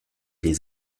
les